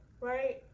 right